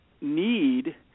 need –